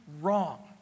wrong